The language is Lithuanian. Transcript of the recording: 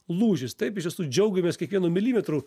lūžis taip iš tiesų džiaugiamės kiekvienu milimetru